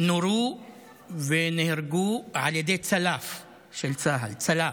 נורו ונהרגו על ידי צלף של צה"ל, צלף,